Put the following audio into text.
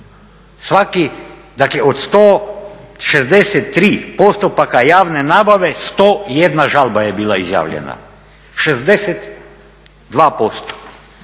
dakle od 163 postupaka javne nabave 101 žalba je bila izjavljena, 62%.